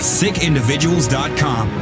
sickindividuals.com